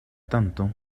tanto